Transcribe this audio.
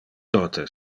tote